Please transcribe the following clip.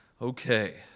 Okay